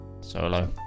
Solo